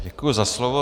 Děkuji za slovo.